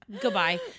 goodbye